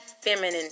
feminine